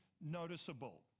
noticeable